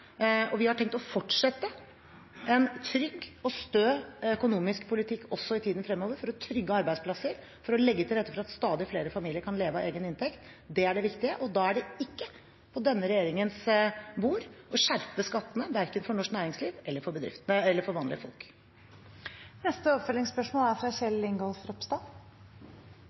Vi har tenkt å fortsette en trygg og stø økonomisk politikk også i tiden fremover, for å trygge arbeidsplasser, for å legge til rette for at stadig flere familier kan leve av egen inntekt. Det er det viktige. Da er det ikke på denne regjeringens bord å skjerpe skattene, verken for norsk næringsliv eller for vanlige folk. Kjell Ingolf Ropstad – til oppfølgingsspørsmål.